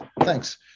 Thanks